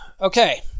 okay